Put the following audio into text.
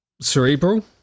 cerebral